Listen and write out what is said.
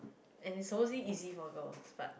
and it's supposedly easy for girls but